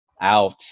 out